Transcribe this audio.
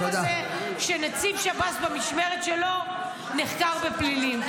הזה שנציב שב"ס במשמרת שלו נחקר בפלילים.